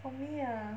for me ah